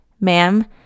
Ma'am